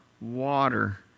water